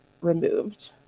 removed